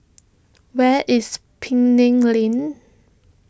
where is Penang Lane